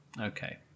okay